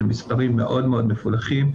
זה מספרים מאוד מאוד מפולחים,